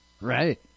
Right